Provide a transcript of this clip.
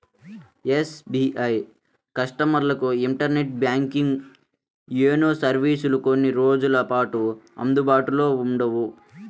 SBI కస్టమర్లకు internet banking, YONO సర్వీసులు కొన్ని రోజుల పాటు అందుబాటులో ఉండవు